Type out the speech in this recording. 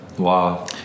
Wow